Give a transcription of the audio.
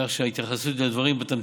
כך שההתייחסות לדברים, בתמצית,